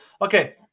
Okay